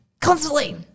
Constantly